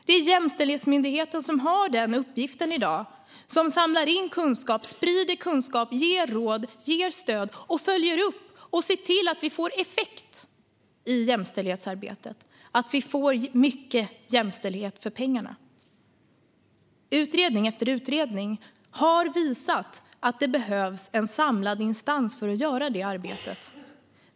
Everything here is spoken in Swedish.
Det är Jämställdhetsmyndigheten som har denna uppgift i dag, som samlar in kunskap, sprider kunskap, ger råd, ger stöd och följer upp och ser till att vi får effekt i jämställdhetsarbetet och att vi får mycket jämställdhet för pengarna. Utredning efter utredning har visat att det behövs en samlad instans för att göra detta arbete.